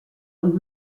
und